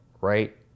right